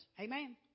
Amen